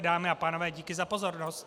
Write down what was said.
Dámy a pánové, díky za pozornost.